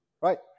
Right